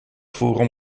voeren